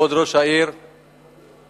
כבוד ראש העיר והצוות,